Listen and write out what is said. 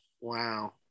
Wow